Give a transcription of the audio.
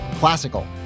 classical